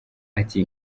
ati